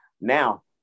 Now